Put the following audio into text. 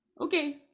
okay